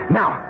now